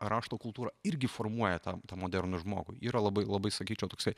rašto kultūrą irgi formuoja tą tą modernė žmogų yra labai labai sakyčiau toksai